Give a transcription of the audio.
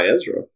Ezra